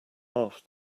half